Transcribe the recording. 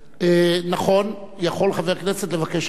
נכון, יכול חבר כנסת לבקש הצמדה